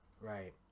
right